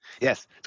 Yes